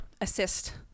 assist